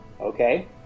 Okay